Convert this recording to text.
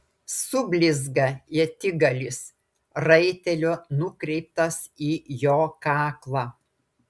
sublizga ietigalis raitelio nukreiptas į jo kaklą